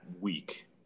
week